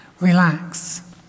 relax